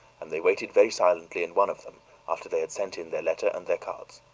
and they waited very silently in one of them after they had sent in their letter and their cards.